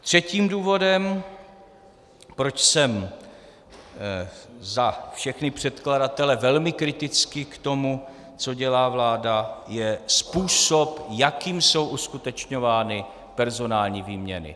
Třetím důvodem, proč jsem za všechny předkladatele velmi kritický k tomu, co dělá vláda, je způsob, jakým jsou uskutečňovány personální výměny.